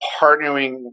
partnering